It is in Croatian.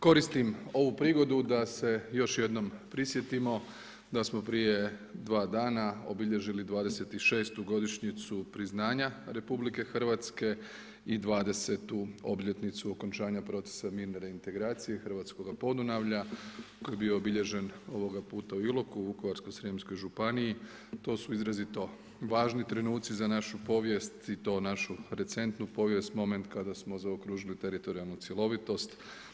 Koristim ovu prigodu da se još jednom prisjetimo, da smo prije 2 dana, obilježili 26 godišnjicu priznanja RH i 20 obljetnicu okončanja procesa … integracije hrvatskoga Podunavlja, koji je bio obilježen ovoga puta u Iloku, u Gorskoj srijemskoj županiji, jer to su izrazito važni trenuci za našu povijest i to našu recentnu povijest, moment kada smo zaokružili teritorijalnu cjelovitost.